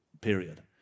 period